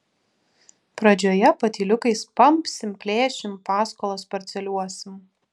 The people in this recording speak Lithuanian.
pradžioje patyliukais pampsim plėšim paskolas parceliuosim